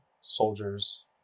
soldiers